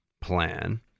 plan